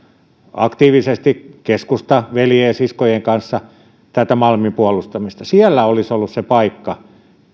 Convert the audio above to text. aktiivisesti keskustan veljien ja siskojen kanssa tätä malmin puolustamista siellä olisi ollut se paikka